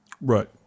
Right